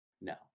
no